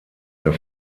der